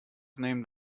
named